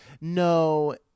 No